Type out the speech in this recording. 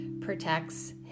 protects